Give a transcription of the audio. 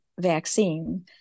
vaccine